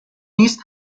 نیست